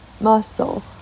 muscle